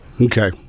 Okay